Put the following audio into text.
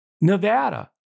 Nevada